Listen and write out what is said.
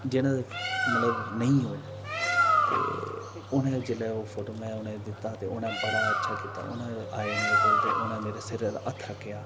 मतलब नेईं होन ते हून एह् जेल्लै एह् फोटो मैं उ'नेंगी दित्ता ते उनें बड़ा अच्छा कीता उनें आए मेरे कोल ते उनें मेरे सिरा पर हत्थ रक्खेआ